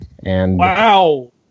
Wow